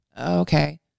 Okay